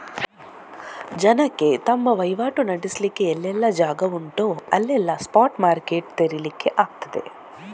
ಜನಕ್ಕೆ ತಮ್ಮ ವೈವಾಟು ನಡೆಸ್ಲಿಕ್ಕೆ ಎಲ್ಲೆಲ್ಲ ಜಾಗ ಉಂಟೋ ಅಲ್ಲೆಲ್ಲ ಸ್ಪಾಟ್ ಮಾರ್ಕೆಟ್ ತೆರೀಲಿಕ್ಕೆ ಆಗ್ತದೆ